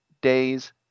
days